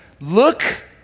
look